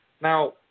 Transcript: Now